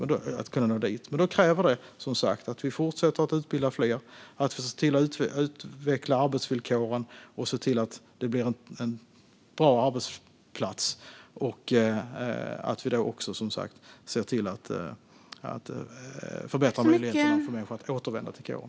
Men det kräver som sagt att vi fortsätter utbilda fler, utvecklar arbetsvillkoren och ser till att det blir en bra arbetsplats och förbättrar möjligheterna för människor att återvända till kåren.